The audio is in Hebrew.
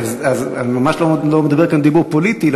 אני ממש לא מדבר כאן דיבור פוליטי,